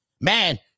man